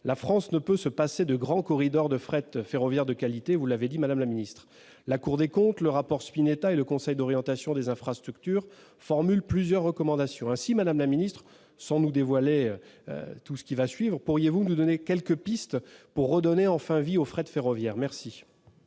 La France ne peut pas se passer de grands corridors de fret ferroviaire de qualité ; vous l'avez souligné, madame la secrétaire d'État. La Cour des comptes, le rapport Spinetta et le Conseil d'orientation des infrastructures formulent plusieurs recommandations. Ainsi, madame la secrétaire d'État, sans nous dévoiler tout ce qui va suivre, pourriez-vous nous donner quelques pistes pour redonner enfin vie au fret ferroviaire ? La